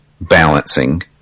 balancing